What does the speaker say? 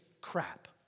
crap